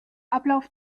ablauf